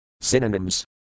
Synonyms